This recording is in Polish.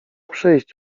przyjść